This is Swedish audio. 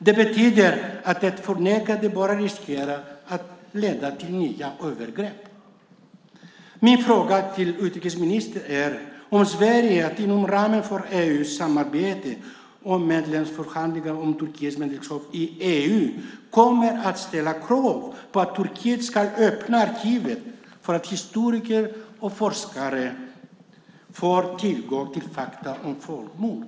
Det betyder att ett förnekande bara riskerar att leda till nya övergrepp. Min fråga till utrikesministern är: Kommer Sverige inom ramen för EU:s samarbete och i medlemsförhandlingar om Turkiets medlemskap i EU att ställa krav på att Turkiet ska öppna arkiven för att historiker och forskare ska få tillgång till fakta om folkmorden?